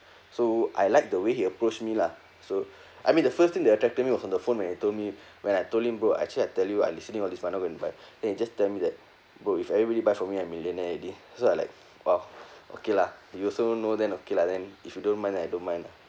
so I like the way he approached me lah so I mean the first thing that attracted me was on the phone when he told me when I told him bro actually I tell you ah I listening all this but I not gonna buy eh just tell me that bro if everybody buy from me I'm millionaire already so I like orh okay lah you also know then okay lah then if you don't mind then I don't mind lah